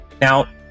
Now